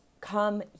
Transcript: come